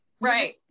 right